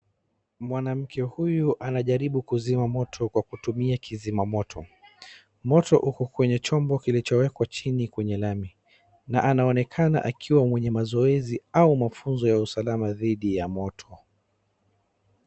Mwanaume huyu anajaribu kuzima moto kwa kutumia kizima moto . Moto uko kwenye chombo kilichowekwa chini kwenye lami, na anaonekana akiwa mwenye mazoezi au mafunzo ya usalama dhidi ya moto.